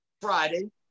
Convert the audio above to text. Friday